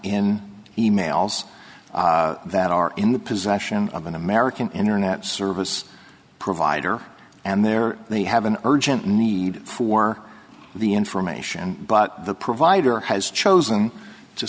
in e mails that are in the possession of an american internet service provider and there they have an urgent need for the information but the provider has chosen to